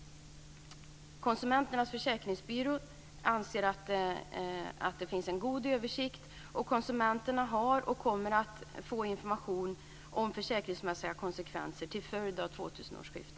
Konsumenternas Försäkringsbyrå anser att man har en god översikt över detta, och konsumenterna har fått och kommer att få information om försäkringsmässiga konsekvenser till följd av 2000 årsskiftet.